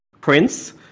Prince